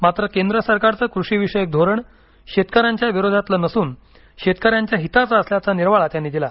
मात्र केंद्र सरकारचं कृषिविषयक धोरण शेतकऱ्यांच्या विरोधातील नसून शेतकऱ्यांच्या हिताचं असल्याचा निर्वाळा त्यांनी दिला